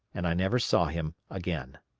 and i never saw him again.